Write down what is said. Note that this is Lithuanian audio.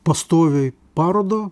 pastoviai parodą